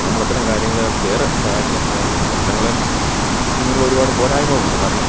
നമ്മൾ അത്തരം കാര്യങ്ങൾ നമുക്കേറെ സഹായിക്കാൻ സഹായിക്കുന്ന പത്രങ്ങളെ ഇങ്ങനെയുള്ള ഒരുപാട് പോരായ്മകളുണ്ട് കാരണം